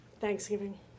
Thanksgiving